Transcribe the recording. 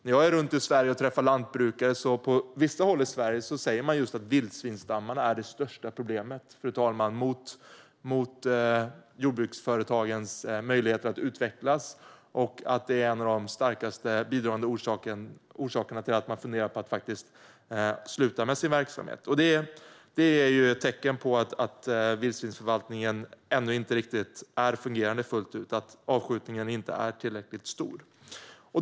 När jag är runt i Sverige och träffar lantbrukare säger man på vissa håll i Sverige att vildsvinsstammarna är det största problemet mot jordbruksföretagens möjligheter att utvecklas och att det är en av de starkast bidragande orsakerna till att man faktiskt funderar på att sluta med sin verksamhet. Det är ett tecken på att vildsvinsförvaltningen ännu inte riktigt fungerar fullt ut och att avskjutningen inte är tillräckligt stor.